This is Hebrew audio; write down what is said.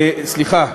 סליחה,